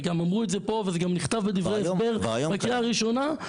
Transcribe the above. וגם אמרו את זה פה וזה גם נכתב בדברי הסבר בקריאה הראשונה,